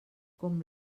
com